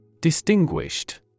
Distinguished